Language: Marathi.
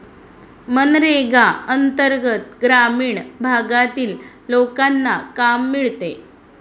मनरेगा अंतर्गत ग्रामीण भागातील लोकांना काम मिळते